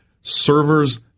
servers